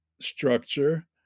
structure